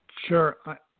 Sure